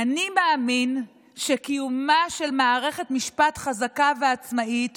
אני מאמין שקיומה של מערכת משפט חזקה ועצמאית